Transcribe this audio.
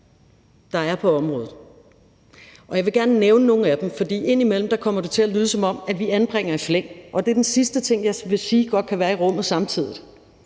der er på området. Jeg vil gerne nævne nogle af dem, for indimellem kommer det til at lyde, som om vi anbringer i flæng, og det er den sidste ting, jeg vil sige godt kan være i rummet samtidig.